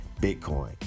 Bitcoin